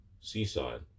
Seaside